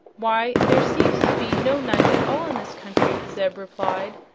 why, there seems to be no night at all in this country, zeb replied.